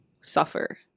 suffer